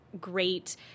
great